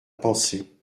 pensée